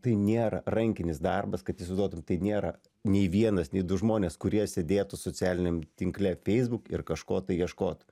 tai nėra rankinis darbas kad įsivaizduotum tai nėra nei vienas nei du žmonės kurie sėdėtų socialiniam tinkle facebook ir kažko tai ieškotų